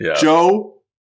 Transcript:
Joe